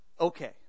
Okay